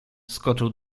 skoczył